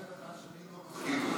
שאני לא מסכים,